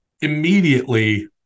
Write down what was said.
immediately